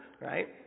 right